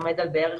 עומד על בערך